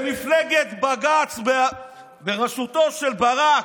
במפלגת בג"ץ בראשותו של ברק,